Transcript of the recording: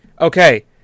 Okay